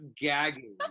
gagging